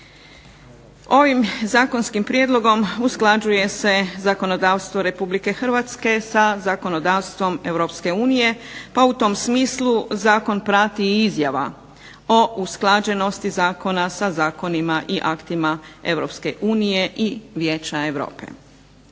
Ovim zakonskim prijedlogom usklađuje se zakonodavstvo Republike Hrvatske sa zakonodavstvom Europske unije, pa u tom smislu zakon prati i izjava o usklađenosti zakona sa zakonima i aktima Europske unije